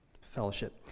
Fellowship